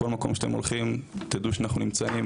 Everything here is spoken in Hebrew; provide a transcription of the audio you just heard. כל מקום אליו אתם הולכים תדעו שאנחנו נמצאים,